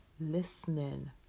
listening